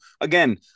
again